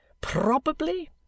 Probably